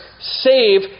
save